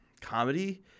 comedy